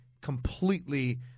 completely